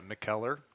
McKellar